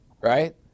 right